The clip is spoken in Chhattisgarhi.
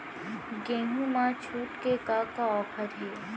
गेहूँ मा छूट के का का ऑफ़र हे?